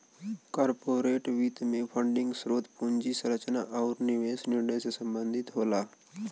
corporate वित्त में funding स्रोत, पूंजी संरचना आुर निवेश निर्णय से संबंधित होला